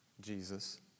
Jesus